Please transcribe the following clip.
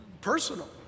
personal